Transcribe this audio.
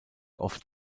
oft